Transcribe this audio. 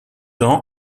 ans